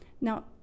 Now